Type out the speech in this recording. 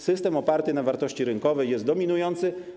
System oparty na wartości rynkowej jest dominujący.